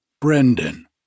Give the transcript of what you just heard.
Brendan